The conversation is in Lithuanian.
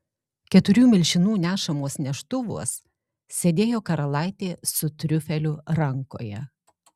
keturių milžinų nešamuos neštuvuos sėdėjo karalaitė su triufeliu rankoje